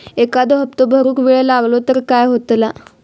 एखादो हप्तो भरुक वेळ लागलो तर काय होतला?